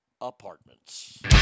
Apartments